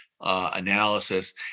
Analysis